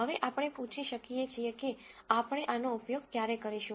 હવે આપણે પૂછી શકીએ છીએ કે આપણે આનો ઉપયોગ ક્યારે કરીશું